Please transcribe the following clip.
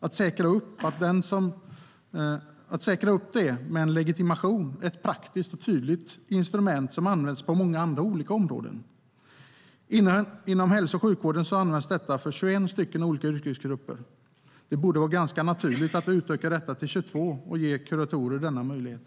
Att säkra det med en legitimation är ett praktiskt och tydligt instrument som används på många olika områden. Inom hälso och sjukvården används det för 21 olika yrkesgrupper. Det borde vara ganska naturligt att utöka det till 22 och ge kuratorer denna möjlighet.